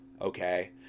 okay